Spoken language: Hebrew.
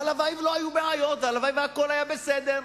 הלוואי שלא היו בעיות, הלוואי שהכול היה בסדר.